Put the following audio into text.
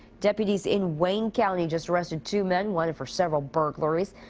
deputies in wayne county just arrested two men. wanted for several burglaries.